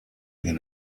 iddyn